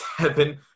seven